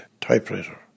typewriter